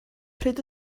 pryd